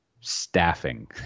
staffing